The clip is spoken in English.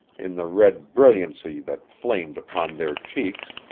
in the red brilliancy that flamed upon their cheeks,